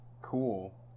cool